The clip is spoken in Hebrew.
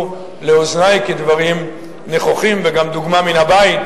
כמו ארצות-הברית,